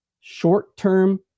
short-term